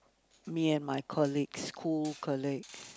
me and my colleagues two colleagues